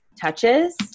touches